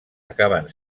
acaben